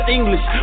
English